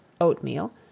oatmeal